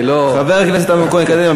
חבר הכנסת אמנון כהן, קדימה.